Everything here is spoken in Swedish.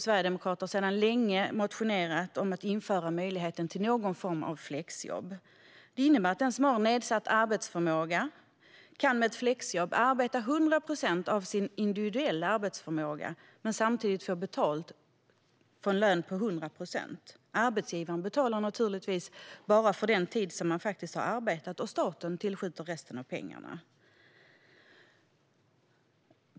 Sverigedemokraterna har sedan länge motionerat om att det ska införas någon form av flexjobb. Om man har nedsatt arbetsförmåga innebär det att man med ett flexjobb kan jobba 100 procent av sin individuella arbetsförmåga och få en lön på 100 procent. Arbetsgivaren betalar naturligtvis bara för den tid som man faktiskt har arbetat, och staten tillskjuter resten av pengarna.